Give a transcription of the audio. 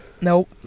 Nope